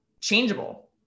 changeable